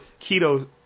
keto